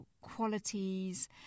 qualities